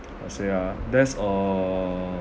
how to say ah that's a